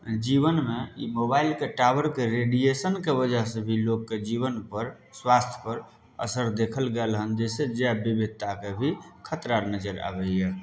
जीवनमे ई मोबाइलके टाबरके रेडिएशनके वजह सऽ भी लोकके जीवन पर स्वास्थ्य पर असर देखल गेल हन जइ से जैब बिबिधता के भी खतरा नजर आबय यऽ